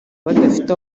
badafite